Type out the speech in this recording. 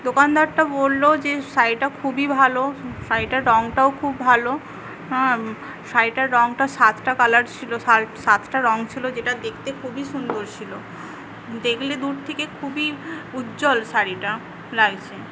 দোকানদারটা বললো যে শাড়িটা খুবই ভালো শাড়িটার রঙটাও খুব ভালো শাড়িটার রঙটার সাতটা কালার ছিল সাতটা রং ছিল যেটা দেখতে খুবই সুন্দর ছিল দেখলে দূর থেকে খুবই উজ্জ্বল শাড়িটা লাগছে